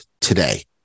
today